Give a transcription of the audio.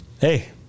Hey